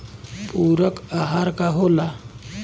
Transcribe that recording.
पुरक अहार का होला?